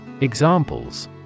Examples